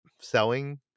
selling